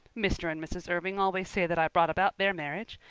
mr. and mrs. irving always say that i brought about their marriage.